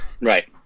Right